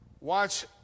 Watch